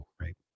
right